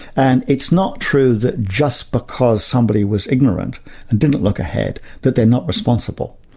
and it's not true that just because somebody was ignorant and didn't look ahead, that they're not responsible.